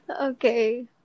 okay